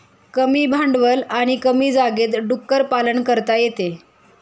कमी भांडवल आणि कमी जागेत डुक्कर पालन करता येते